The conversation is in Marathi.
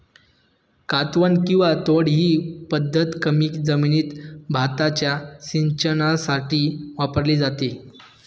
कातवन किंवा तोड ही पद्धत कमी जमिनीत भाताच्या सिंचनासाठी वापरली जाते